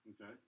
Okay